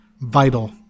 vital